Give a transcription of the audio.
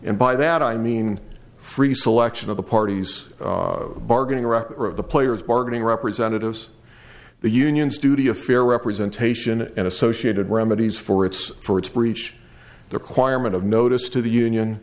and by that i mean free selection of the parties bargaining rights of the players bargaining representatives the unions duty a fair representation and associated remedies for its for its breach the quire meant of notice to the union